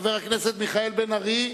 חבר הכנסת מיכאל בן-ארי,